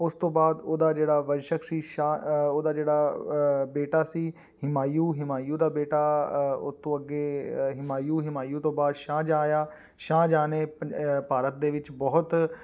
ਉਸ ਤੋਂ ਬਾਅਦ ਉਹਦਾ ਜਿਹੜਾ ਵੰਸ਼ਕ ਸੀ ਸ਼ਾ ਉਹਦਾ ਜਿਹੜਾ ਬੇਟਾ ਸੀ ਹਿਮਾਯੂ ਹਿਮਾਯੂ ਦਾ ਬੇਟਾ ਉਹ ਤੋਂ ਅੱਗੇ ਹਿਮਾਯੂ ਹਿਮਾਯੂ ਤੋਂ ਬਾਅਦ ਸ਼ਾਹਜਹਾਂ ਆਇਆ ਸ਼ਾਹਜਹਾਂ ਨੇ ਪੰ ਭਾਰਤ ਦੇ ਵਿੱਚ ਬਹੁਤ